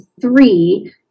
three